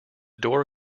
door